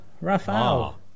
Rafael